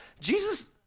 Jesus